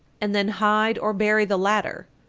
and then hide or bury the latter.